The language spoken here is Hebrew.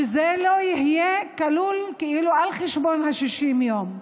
שזה לא יהיה על חשבון ה-60 יום.